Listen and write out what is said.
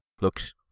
Looks